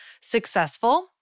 successful